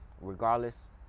regardless